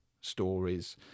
stories